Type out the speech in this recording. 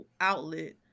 outlet